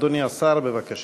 אדוני השר, בבקשה.